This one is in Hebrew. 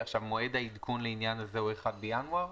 מועד העדכון לעניין הזה הוא 1 בינואר?